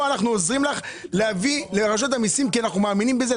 אנחנו עוזרים לרשות המיסים כי אנחנו מאמינים בזה,